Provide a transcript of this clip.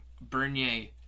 Bernier